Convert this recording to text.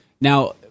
Now